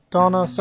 Donna